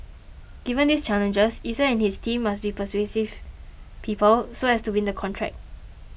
given these challenges Eason and his team must be persuasive people so as to win the contract